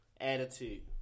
attitude